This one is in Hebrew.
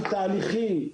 על תהליכים,